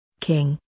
King